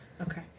Okay